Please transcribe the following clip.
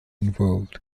involved